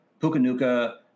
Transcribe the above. Pukanuka